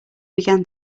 began